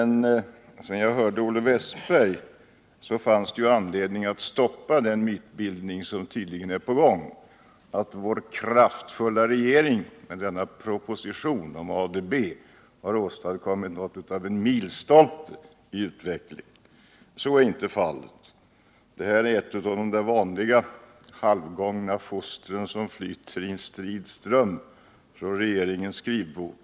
När jag hörde Olle Wästberg i Stockholm fann jag anledning att försöka stoppa den mytbildning som tydligen är på gång, att vår kraftfulla regering med denna proposition om ADB har åstadkommit något av en milstolpe i utvecklingen. Så är inte fallet. Det här är ett av de rätt vanliga, halvgångna fostren som i en strid ström flyter från regeringens skrivbord.